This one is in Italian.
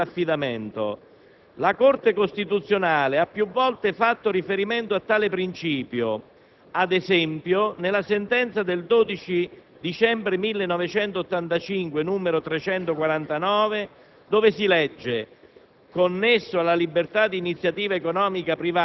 È palese, quindi, la violazione del principio dell'affidamento. La Corte costituzionale ha più volte fatto riferimento a tale principio, ad esempio nella sentenza del 19 marzo-4 aprile 1990, n. 155, dove si legge